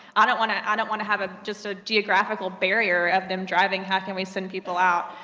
i don't want to, i don't want to have a just a geographical barrier of them driving, how can we send people out?